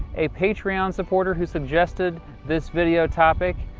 a patreon supporter who suggested this video topic.